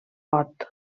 vot